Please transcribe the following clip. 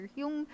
yung